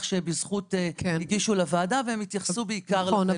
ש"בזכות" הגישו לוועדה והם התייחסו בעיקר לחלק הזה.